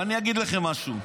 ואני אגיד לכם משהו: